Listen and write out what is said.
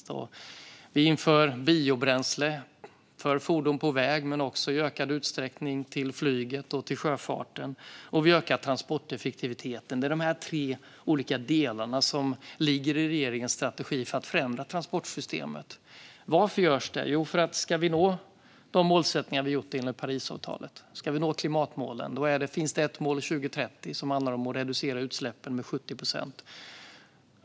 Vi inför biobränsle för fordon på väg men också i ökad utsträckning till flyg och sjöfart. Dessutom ökar vi transporteffektiviteten. Det är dessa tre delar som ligger i regeringens strategi för att förändra transportsystemet. Varför görs detta? Jo, för att vi ska nå målsättningarna i Parisavtalet och klimatmålen. Målet för 2030 handlar om att reducera utsläppen med 70 procent.